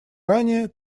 ранее